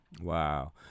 Wow